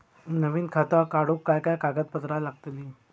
नवीन खाता काढूक काय काय कागदपत्रा लागतली?